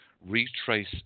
retrace